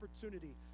opportunity